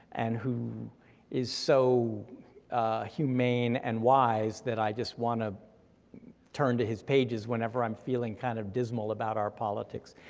and who is so humane and wise that i just wanna turn to his pages whenever i'm feeling kind of dismal about our politics.